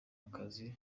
akazi